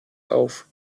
auf